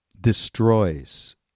destroys